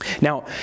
Now